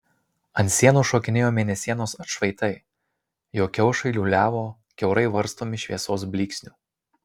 ant sienų šokinėjo mėnesienos atšvaitai jo kiaušai liūliavo kiaurai varstomi šviesos blyksnių